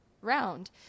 round